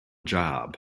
job